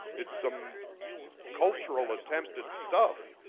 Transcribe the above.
it's some cultural attempt at stuff